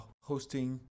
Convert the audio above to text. hosting